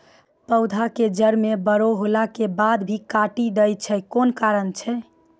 पौधा के जड़ म बड़ो होला के बाद भी काटी दै छै कोन कारण छै?